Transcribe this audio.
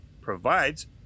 provides